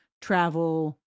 travel